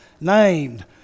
named